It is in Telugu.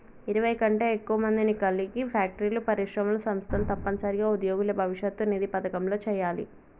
ఇరవై కంటే ఎక్కువ మందిని కలిగి ఫ్యాక్టరీలు పరిశ్రమలు సంస్థలు తప్పనిసరిగా ఉద్యోగుల భవిష్యత్ నిధి పథకంలో చేయాలి